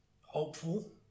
Hopeful